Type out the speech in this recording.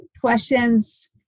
questions